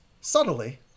subtly